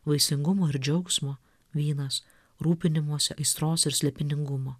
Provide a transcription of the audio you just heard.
vaisingumo ir džiaugsmo vynas rūpinimosi aistros ir slėpiningumo